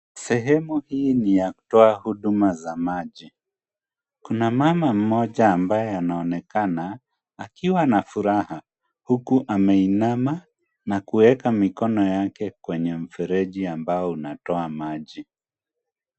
Sehemu hii ni ya kutoa huduma za maji. Kuna mama mmoja ambaye anaonekana akiwa na furaha huku ameinama na kuweka mikono yake kwenye mfereji ambao unatoa maji.